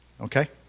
Okay